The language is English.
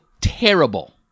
terrible